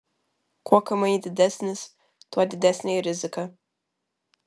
kuo kmi didesnis tuo didesnė ir rizika